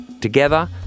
Together